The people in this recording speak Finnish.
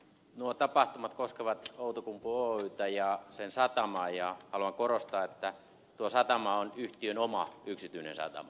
nuo tapahtumat koskevat outokumpu oytä ja sen satamaa ja haluan korostaa että tuo satama on yhtiön oma yksityinen satama